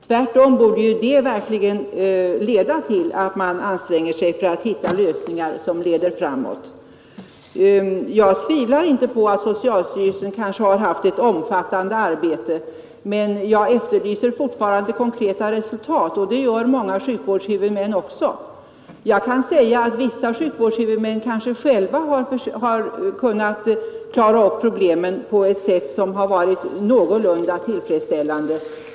Tvärtom borde det verkligen leda till att man anstränger sig för att hitta lösningar som leder framåt. Jag tvivlar inte på att socialstyrelsen kanske har utfört ett omfattande arbete, men jag efterlyser fortfarande konkreta resultat, och det gör många sjukvårdshuvudmän också. Jag kan säga att vissa sjukvårdshuvudmän kanske själva har kunnat klara upp problemen på ett sätt som har varit någorlunda tillfredsställande.